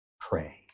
pray